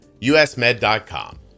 USMed.com